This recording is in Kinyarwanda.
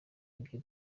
ibyo